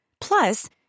Plus